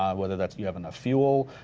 um whether that's you have enough fuel,